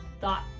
thought